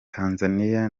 tanzania